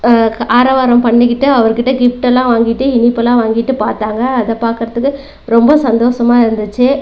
ஆரவாரம் பண்ணிக்கிட்டு அவருக்கிட்ட கிஃப்ட் எல்லாம் வாங்கிட்டு இனிப்புலாம் வாங்கிட்டு பார்த்தாங்க அதை பார்க்கறதுக்கு ரொம்ப சந்தோசமாக இருந்துச்சு